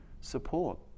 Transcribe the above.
support